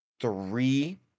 three